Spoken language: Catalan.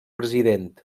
president